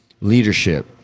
leadership